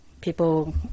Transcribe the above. people